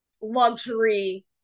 luxury